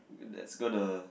that's gonna